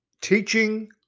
teaching